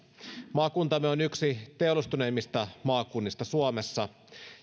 maakuntamme on yksi teollistuneimmista maakunnista suomessa